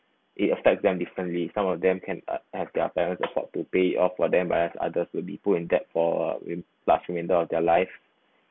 it affects them differently some of them can have their parents afford to pay off for them but others will be put in that for large remainder of their life